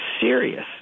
serious